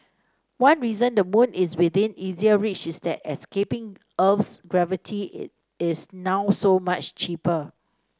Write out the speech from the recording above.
one reason the moon is within easier reach is that escaping Earth's gravity is now so much cheaper